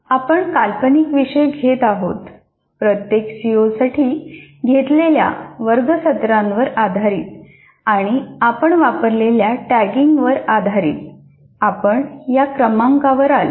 आपण काल्पनिक विषय घेत आहोत प्रत्येक सीओसाठी घेतलेल्या वर्ग सत्रांवर आधारित आणि आपण वापरलेल्या टॅगिंगवर आधारित आपण या क्रमांकावर आलो